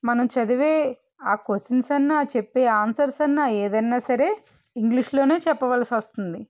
మనం చదివే ఆ కొసన్స్ అన్నా చెప్పే ఆన్సర్స్ అన్నా ఏదన్నా సరే ఇంగ్లీష్లోనే చెప్పవలీసొస్తుంది